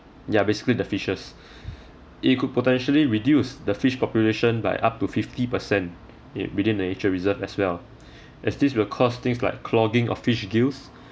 ya basically the fishes it could potentially reduce the fish population by up to fifty percent it within the nature reserve as well as this will cause things like clogging of fish gills